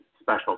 special